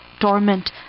Torment